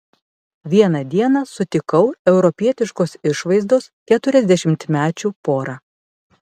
vieną dieną sutikau europietiškos išvaizdos keturiasdešimtmečių porą